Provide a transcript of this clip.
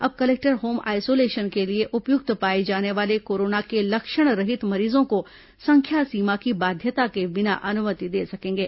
अब collector home isolation के लिए उपयुक्त पाए जाने वाले कोरोना के लक्षणरहित मरीजों को संख्या सीमा की बाध्यता के बिना अनुमति दे सकेंगे